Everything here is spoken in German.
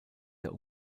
der